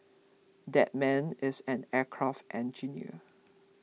that man is an aircraft engineer